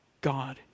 God